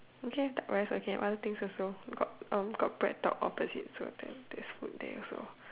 okay duck rice okay got other things also got uh um got BreadTalk opposite so there's food there also